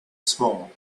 small